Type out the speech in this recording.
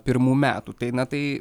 metų tai na tai